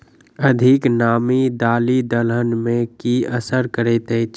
अधिक नामी दालि दलहन मे की असर करैत अछि?